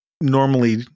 normally